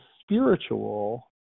spiritual